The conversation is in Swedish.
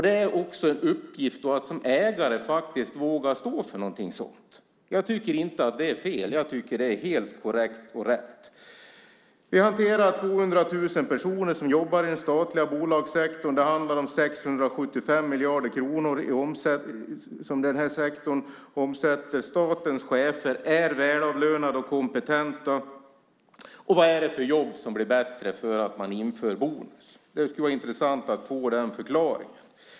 Det är också en uppgift att som ägare våga stå för något sådant. Jag tycker inte att det är fel. Jag tycker att det är helt korrekt och rätt. Vi hanterar 200 000 personer som jobbar i den statliga bolagssektorn. Det handlar om 675 miljarder kronor som den här sektorn omsätter. Statens chefer är välavlönade och kompetenta. Vad är det för jobb som blir bättre för att man inför bonus? Det skulle vara intressant att få den förklaringen.